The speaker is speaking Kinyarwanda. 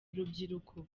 urubyiruko